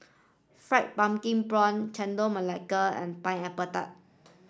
fried pumpkin prawn Chendol Melaka and pineapple tart